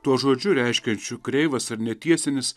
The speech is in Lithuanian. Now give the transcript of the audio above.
tuo žodžiu reiškiančiu kreivas ar netiesinis